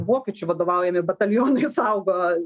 vokiečių vadovaujami batalionai saugo